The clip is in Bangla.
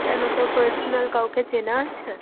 কেন তোর পার্সোনাল কাউকে চেনা আছে